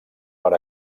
per